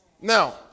Now